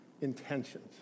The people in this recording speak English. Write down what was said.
intentions